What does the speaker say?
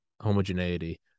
homogeneity